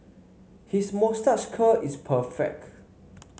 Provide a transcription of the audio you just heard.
his moustache curl is perfect